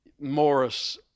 Morris